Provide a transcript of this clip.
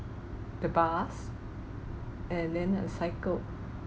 the bus and then uh cycled